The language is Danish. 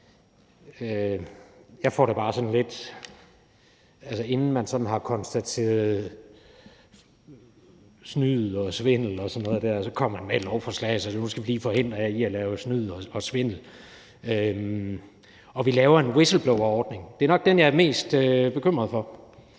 Jeg får det bare sådan lidt mærkeligt, når man, inden der er konstateret snyd, svindel og sådan noget der, kommer med et lovforslag, der går ud på at forhindre nogen i at lave snyd og svindel. Vi laver en whistleblowerordning, og det er nok den, jeg er mest bekymret for.